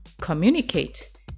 communicate